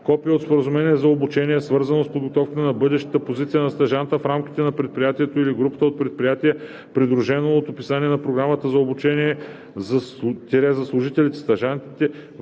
копие от споразумението за обучение, свързано с подготовката на бъдещата позиция на стажанта в рамките на предприятието или групата от предприятия, придружено от описание на програмата за обучение – за служителите-стажанти;